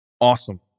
Awesome